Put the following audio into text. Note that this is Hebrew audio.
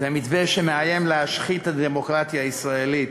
זה מתווה שמאיים להשחית את הדמוקרטיה הישראלית,